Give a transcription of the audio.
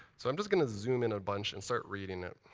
so i'm just going to zoom in a bunch and start reading it.